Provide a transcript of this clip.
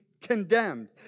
condemned